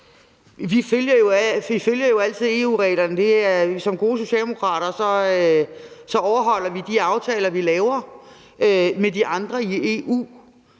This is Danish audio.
Vi følger jo altid EU-reglerne. Som gode socialdemokrater overholder vi de aftaler, vi laver med de andre i EU.